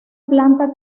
planta